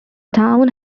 town